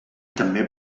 també